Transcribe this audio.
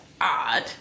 odd